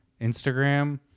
instagram